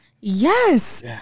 Yes